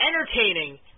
entertaining